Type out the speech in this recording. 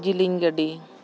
ᱡᱤᱞᱤᱧ ᱜᱟᱹᱰᱤ